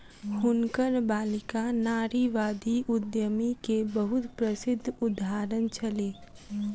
हुनकर बालिका नारीवादी उद्यमी के बहुत प्रसिद्ध उदाहरण छली